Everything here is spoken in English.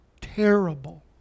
terrible